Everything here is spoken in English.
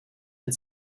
had